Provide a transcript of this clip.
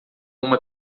uma